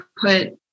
put